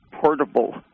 portable